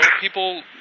people